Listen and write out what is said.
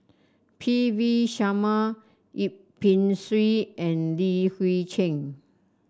P V Sharma Yip Pin Xiu and Li Hui Cheng